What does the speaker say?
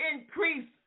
increase